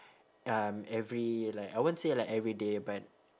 um every like I won't say like everyday but